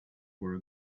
were